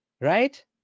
right